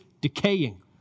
decaying